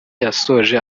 yasoje